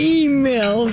email